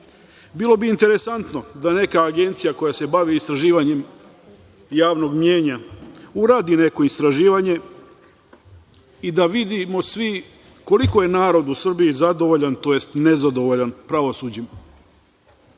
Bilo bi interesantno da neka agencija koja se bavi istraživanjem javnog mnjenja uradi neko istraživanje i da vidimo svi koliko je narod u Srbiji zadovoljan tj. nezadovoljan pravosuđem. Posledice